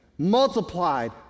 multiplied